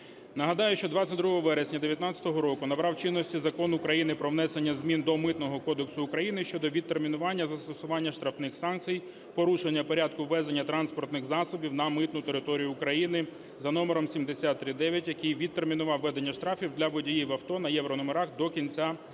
Нагадаю, що 22 вересня 2019 року набрав чинності Закон України про внесення змін до Митного кодексу України щодо відтермінування застосування штрафних санкцій за порушення порядку ввезення транспортних засобів на митну територію України за номером 73-IX, який відтермінував введення штрафів для водіїв авто на єврономерах до кінця року.